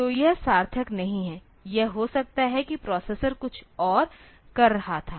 तो यह सार्थक नहीं है यह हो सकता है कि प्रोसेसर कुछ और कर रहा था